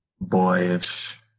boyish